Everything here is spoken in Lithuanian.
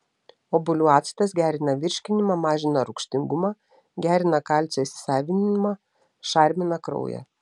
obuolių actas gerina virškinimą mažina rūgštingumą gerina kalcio įsisavinimą šarmina kraują